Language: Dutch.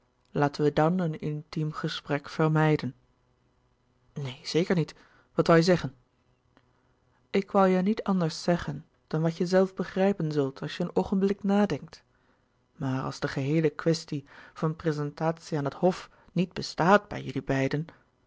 laten we dan een intiem gesprek vermijden neen zeker niet wat woû je zeggen ik woû je niet anders zeggen dan wat je zelf begrijpen zult als je een oogenblik nadenkt maar als de geheele kwestie van prezentatie aan het hof niet bestaat bij jullie beiden